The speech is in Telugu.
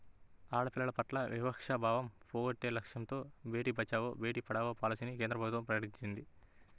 ఆడపిల్లల పట్ల వివక్షతా భావం పోగొట్టే లక్ష్యంతో బేటీ బచావో, బేటీ పడావో పాలసీని కేంద్ర ప్రభుత్వం ప్రకటించింది